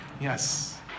Yes